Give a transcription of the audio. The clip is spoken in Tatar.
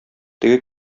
теге